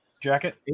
jacket